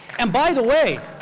and by the way,